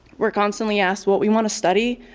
we're constantly asked what we want to study,